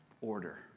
order